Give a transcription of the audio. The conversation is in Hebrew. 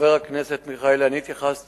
חבר הכנסת מיכאלי, אני התייחסתי